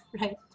right